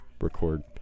record